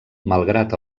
malgrat